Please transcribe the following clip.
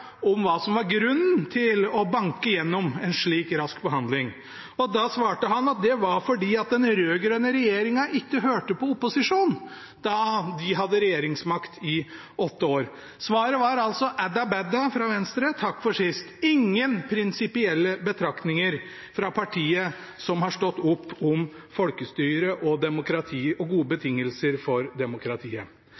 om hva som var grunnen til å banke igjennom en slik rask behandling. Da svarte han at det var fordi den rød-grønne regjeringen ikke hørte på opposisjonen da de hadde regjeringsmakt i åtte år. Svaret var altså ædda bædda fra Venstre, takk for sist – ingen prinsipielle betraktninger fra partiet som har stått opp for folkestyre og demokrati og for gode betingelser for demokratiet.